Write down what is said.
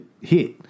hit